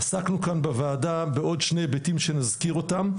עסקנו כאן בוועדה בעוד שני היבטים שנזכיר אותם,